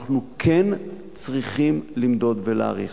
אנחנו כן צריכים למדוד ולהעריך.